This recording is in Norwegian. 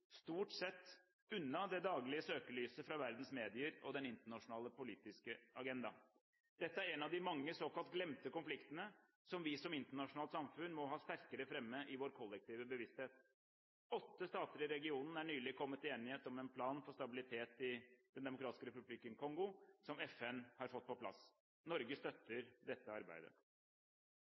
stort sett unna det daglige søkelyset fra verdens medier og den internasjonale politiske agenda. Dette er en av de mange såkalt glemte konfliktene som vi som internasjonalt samfunn må ha sterkere framme i vår kollektive bevissthet. Åtte stater i regionen er nylig kommet til enighet om en plan for stabilitet i Den demokratiske republikken Kongo som FN har fått på plass. Norge støtter dette arbeidet.